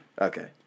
Okay